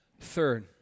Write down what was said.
Third